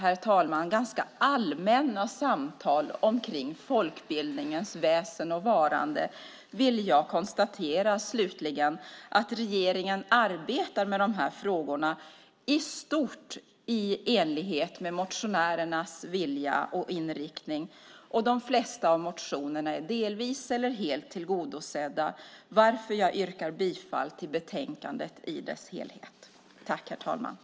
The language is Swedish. Med detta ganska allmänna samtal om folkbildningens väsen och varande vill jag slutligen konstatera att regeringen arbetar med de här frågorna i stort i enlighet med motionärernas vilja och inriktning. De flesta av motionerna är delvis eller helt tillgodosedda varför jag yrkar bifall till förslagen i betänkandet.